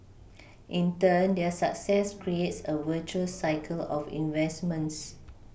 in turn their success creates a virtuous cycle of investments